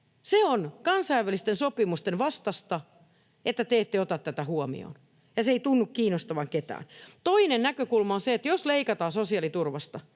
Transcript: Se on kansainvälisten sopimusten vastaista, että te ette ota tätä huomioon, ja se ei tunnu kiinnostavan ketään. Toinen näkökulma on se, että jos leikataan sosiaaliturvasta,